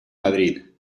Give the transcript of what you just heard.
madrid